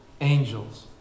angels